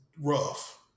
rough